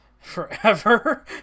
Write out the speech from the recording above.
forever